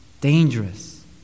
dangerous